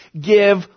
give